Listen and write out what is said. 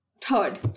third